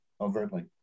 overtly